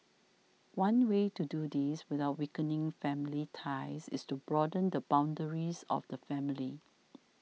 one way to do this without weakening family ties is to broaden the boundaries of the family